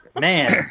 Man